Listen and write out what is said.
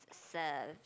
serve